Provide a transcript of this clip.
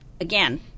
Again